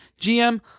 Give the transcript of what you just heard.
GM